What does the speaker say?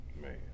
Man